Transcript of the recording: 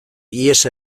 ihes